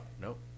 Nope